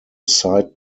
side